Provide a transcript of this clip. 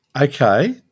Okay